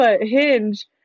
Hinge